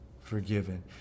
forgiven